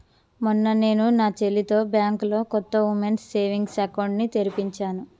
మొన్న నేను నా చెల్లితో బ్యాంకులో కొత్త ఉమెన్స్ సేవింగ్స్ అకౌంట్ ని తెరిపించాను